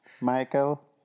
Michael